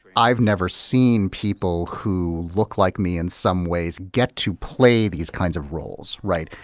i've never seen people who look like me in some ways get to play these kinds of roles, right?